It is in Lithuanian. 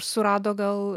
surado gal